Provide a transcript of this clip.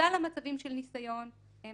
שלל המצבים של ניסיון הם